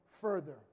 further